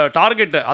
target